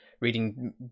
reading